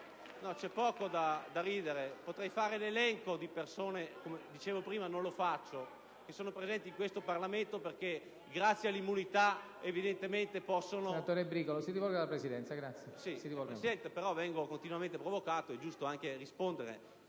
C'è poco da ridere; potrei fare l'elenco delle persone (ma, come dicevo, non lo farò) che sono presenti in questo Parlamento perché, grazie all'immunità, evidentemente possono...